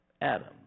Adam